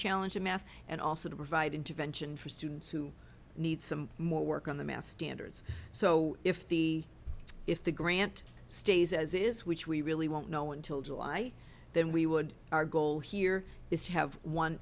challenging math and also to provide intervention for students who need some more work on the math standards so if the if the grant stays as it is which we really won't know until july then we would our goal here is to have one